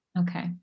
Okay